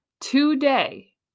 today